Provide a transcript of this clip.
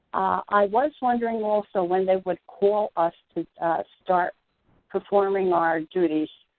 i was wondering also when they would call us to start performing our duties.